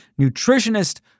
nutritionist